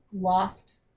lost